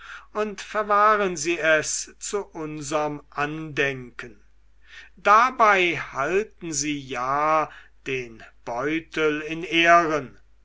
und verwahren sie es zu unserm andenken dabei halten sie ja den beutel in ehren